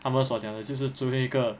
他们说讲的就是最后一个